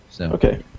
Okay